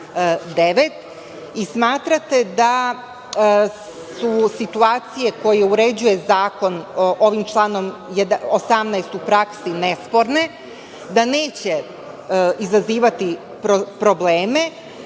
i smatrate da su situacije koje uređuje zakon ovim članom 18. u praksi, da su nesporne, da neće izazivati probleme